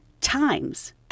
times